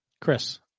Chris